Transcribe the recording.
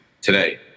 today